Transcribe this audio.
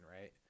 right